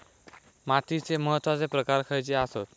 मातीचे महत्वाचे प्रकार खयचे आसत?